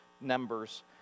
numbers